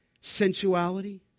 sensuality